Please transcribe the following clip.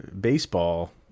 baseball